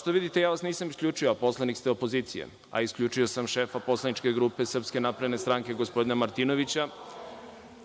što vidite ja vas nisam isključio, a poslanik ste opozicije, a isključio sam šefa poslaničke grupe SNS, gospodina Martinovića.